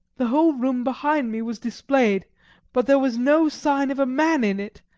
the whole room behind me was displayed but there was no sign of a man in it,